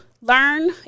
learn